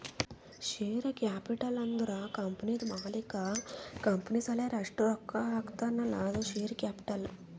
share capital ಅಂದುರ್ ಕಂಪನಿದು ಮಾಲೀಕ್ ಕಂಪನಿ ಸಲಾಕ್ ಎಸ್ಟ್ ರೊಕ್ಕಾ ಹಾಕ್ತಾನ್ ಅಲ್ಲಾ ಅದು ಶೇರ್ ಕ್ಯಾಪಿಟಲ್